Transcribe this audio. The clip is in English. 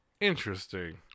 Interesting